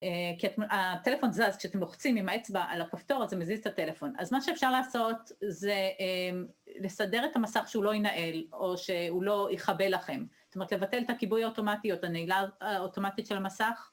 כי הטלפון זז, כשאתם לוחצים עם האצבע על הכפתור, אז זה מזיז את הטלפון. אז מה שאפשר לעשות זה, לסדר את המסך שהוא לא יינעל, או שהוא לא יכבה לכם. זאת אומרת, לבטל את הכיבוי האוטומטי, או את הנעילה האוטומטית של המסך.